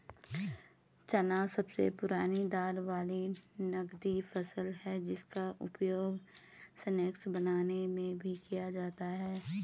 चना सबसे पुरानी दाल वाली नगदी फसल है जिसका उपयोग स्नैक्स बनाने में भी किया जाता है